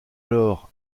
alors